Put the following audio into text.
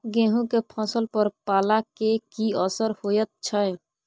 गेहूं के फसल पर पाला के की असर होयत छै?